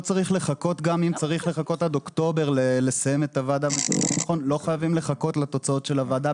לא צריך לחכות גם אם צריך לחכות עד אוקטובר לתוצאות הוועדה